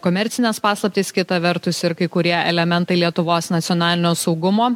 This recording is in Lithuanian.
komercinės paslaptys kita vertus ir kai kurie elementai lietuvos nacionalinio saugumo